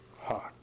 heart